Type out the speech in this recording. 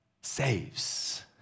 saves